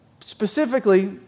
specifically